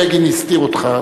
כנראה בגין הסתיר אותך,